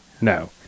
No